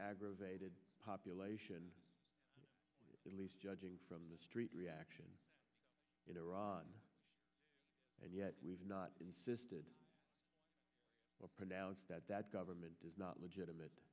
aggravated population at least judging from the street reaction in iran and yet we've not insisted pronounced that that government is not legitimate